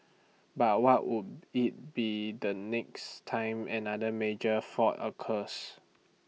but what would IT be the next time another major fault occurs